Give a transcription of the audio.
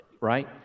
right